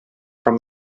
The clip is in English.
from